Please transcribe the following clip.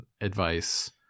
advice